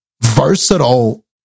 versatile